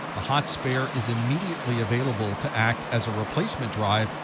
the hot spare is immediately available to act as a replacement drive.